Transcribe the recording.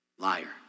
liar